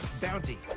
Bounty